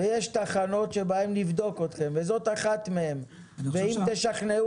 ויש תחנות שבהן נבדוק אתכם וזאת אחת מהן ואם תשכנעו